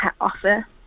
offer